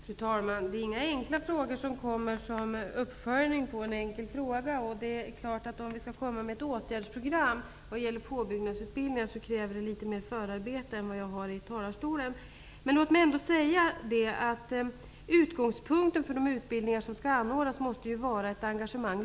Fru talman! Det är inga enkla frågor som följer en enkel fråga. Om vi skall lägga fram ett åtgärdsprogram vad gäller påbyggnadsutbildningar, kräver det något mer förarbete än vad jag nu har med mig i talarstolen. Men utgångspunkten för de utbildningar som skall erhållas måste ju vara ett lokalt engagemang.